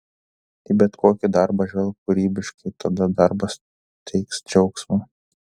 į bet kokį darbą žvelk kūrybiškai tada darbas teiks džiaugsmą